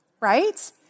right